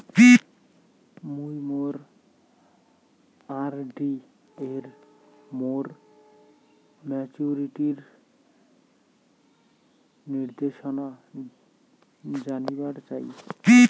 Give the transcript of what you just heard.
মুই মোর আর.ডি এর মোর মেচুরিটির নির্দেশনা জানিবার চাই